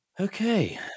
Okay